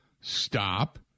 stop